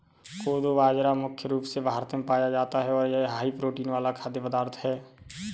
कोदो बाजरा मुख्य रूप से भारत में पाया जाता है और यह हाई प्रोटीन वाला खाद्य पदार्थ है